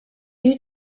you